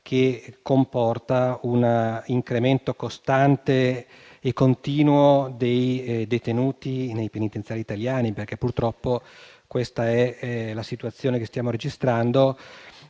che comporta un incremento costante e continuo dei detenuti nei penitenziari italiani. Purtroppo infatti questa è la situazione che stiamo registrando.